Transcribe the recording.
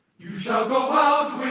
you shall go